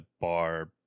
bar